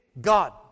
God